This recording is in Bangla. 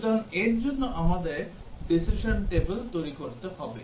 সুতরাং এর জন্য আমাদের decision table তৈরি করতে হবে